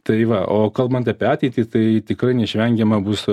tai va o kalbant apie ateitį tai tikrai neišvengiama bus